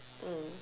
mm